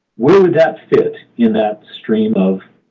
where would that fit in that stream of